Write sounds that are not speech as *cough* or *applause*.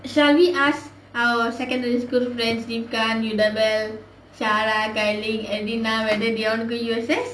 shall we ask our secondary school friends *noise* sarah kai ling edina whether they want to U_S_S